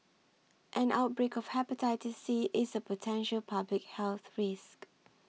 an outbreak of Hepatitis C is a potential public health risk